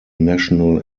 national